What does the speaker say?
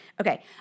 Okay